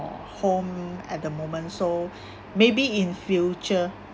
home at the moment so maybe in future